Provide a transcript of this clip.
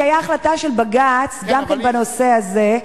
כי היתה החלטה של בג"ץ גם כן בנושא הזה,